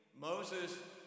Moses